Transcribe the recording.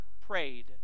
prayed